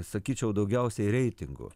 sakyčiau daugiausiai reitingų